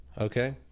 okay